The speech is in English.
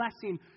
blessing